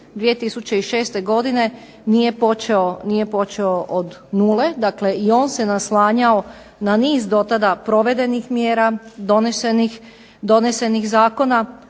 2006. godine nije počeo od nule. Dakle, i on se naslanjao na niz do tada provedenih mjera, donesenih zakona